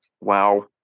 Wow